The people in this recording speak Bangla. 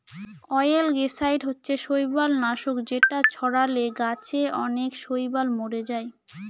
অয়েলগেসাইড হচ্ছে শৈবাল নাশক যেটা ছড়ালে গাছে অনেক শৈবাল মোরে যায়